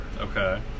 Okay